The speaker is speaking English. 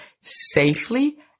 safely